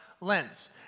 lens